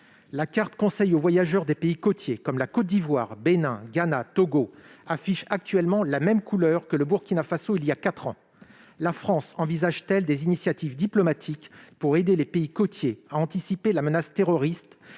la carte « conseils aux voyageurs », ces pays- Côte d'Ivoire, Bénin, Ghana, Togo, etc. -affichent actuellement la même couleur que le Burkina Faso il y a quatre ans. La France envisage-t-elle des initiatives diplomatiques pour aider les pays côtiers à anticiper la menace terroriste